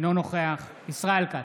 אינו נוכח ישראל כץ,